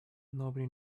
nobody